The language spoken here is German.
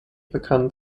bekannt